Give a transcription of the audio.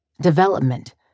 development